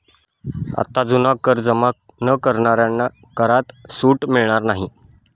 आता जुना कर जमा न करणाऱ्यांना करात सूट मिळणार नाही